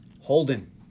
Holden